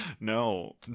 No